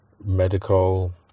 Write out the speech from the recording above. medical